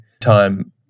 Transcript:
time